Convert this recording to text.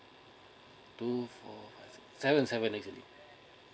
two four seven seven actually